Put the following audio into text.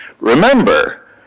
Remember